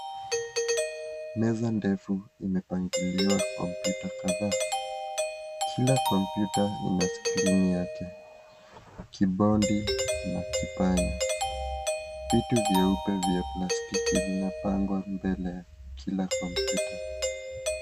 Meza ndefu imepangiliwa kompyuta kadhaa. Kila kompyuta ina skrini yake, kibodi na kipanya. Viti vyeupe vya plastiki vimepangwa mbele ya kila kompyuta.